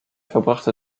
verbrachte